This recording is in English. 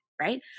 right